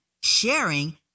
sharing